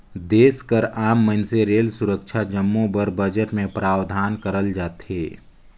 देस कर आम मइनसे रेल, सुरक्छा जम्मो बर बजट में प्रावधान करल जाथे